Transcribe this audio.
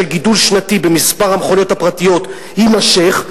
גידול שנתי במספר המכוניות הפרטיות יימשך,